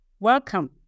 Welcome